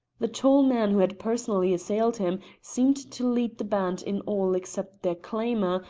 the tall man who had personally assailed him seemed to lead the band in all except their clamour,